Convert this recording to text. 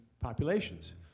populations